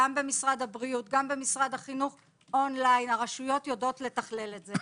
במשרד הבריאות ובמשרד החינוך והרשויות יודעות לתכלל את זה.